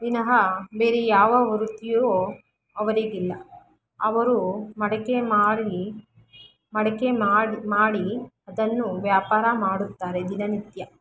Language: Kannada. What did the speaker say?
ವಿನಃ ಬೇರೆ ಯಾವ ವೃತ್ತಿಯು ಅವರಿಗಿಲ್ಲ ಅವರು ಮಡಕೆ ಮಾರಿ ಮಡಕೆ ಮಾಡಿ ಮಾಡಿ ಅದನ್ನು ವ್ಯಾಪಾರ ಮಾಡುತ್ತಾರೆ ದಿನನಿತ್ಯ